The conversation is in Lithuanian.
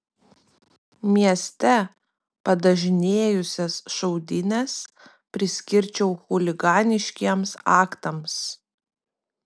mieste padažnėjusias šaudynes priskirčiau chuliganiškiems aktams